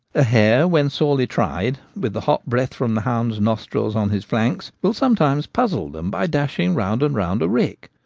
a hare when sorely tried with the hot breath from the hounds' nostrils on his flanks, will sometimes puzzle them by dashing round and round a rick.